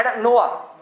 Noah